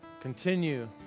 Continue